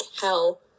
hell